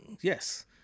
yes